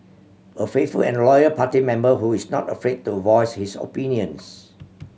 a faithful and loyal party member who is not afraid to voice his opinions